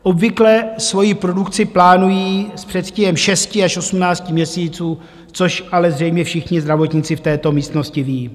Obvykle svoji produkci plánují s předstihem šesti až osmnácti měsíců, což ale zřejmě všichni zdravotníci v této místnosti vědí.